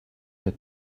had